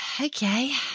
Okay